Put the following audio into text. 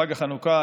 חג החנוכה,